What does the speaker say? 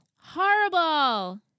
Horrible